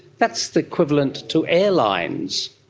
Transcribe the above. that's the equivalent to airlines.